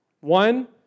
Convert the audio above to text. One